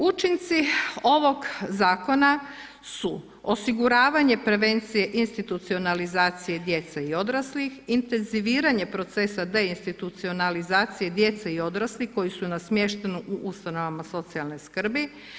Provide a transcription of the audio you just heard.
Učinci ovog Zakona su osiguravanje prevencije institucionalizacije djece i odraslih, intenziviranje procesa deinstitucionalizacije djece i odraslih koji su na smještaju u ustanovama socijalne skrbi.